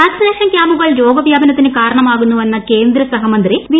vaccination കൃാമ്പുകൾ രോഗവൃാപനത്തിന് കാരണമാകുന്നുവെന്ന കേന്ദ്രസഹമന്ത്രി വി